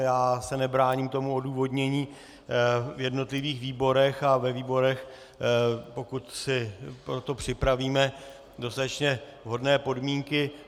Já se nebráním tomu odůvodnění v jednotlivých výborech a ve výborech, pokud si pro to připravíme dostatečně vhodné podmínky.